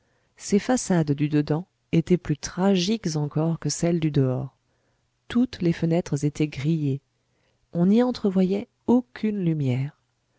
ces façades du dedans étaient plus tragiques encore que celles du dehors toutes les fenêtres étaient grillées on n'y entrevoyait aucune lumière